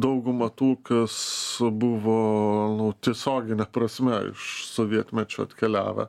dauguma tų kas buvo nu tiesiogine prasme iš sovietmečio atkeliavę